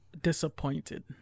disappointed